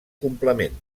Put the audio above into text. complement